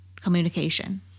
communication